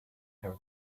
have